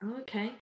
Okay